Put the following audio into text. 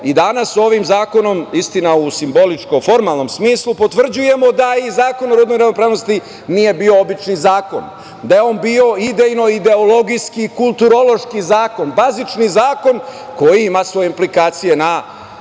i danas ovim zakonom, istina u simboličko formalnom smislu, potvrđujemo da je i Zakon o rodnoj ravnopravnosti nije bio obični zakon, da je on bio idejno, ideologijski, kulturološki zakon, bazični zakon koji ima svoje implikacije na kulturu